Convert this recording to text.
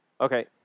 okay